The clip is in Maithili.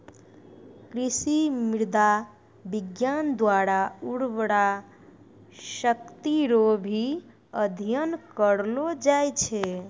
कृषि मृदा विज्ञान द्वारा उर्वरा शक्ति रो भी अध्ययन करलो जाय छै